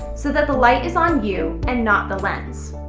so that the light is on you and not the lens.